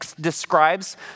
describes